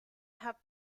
have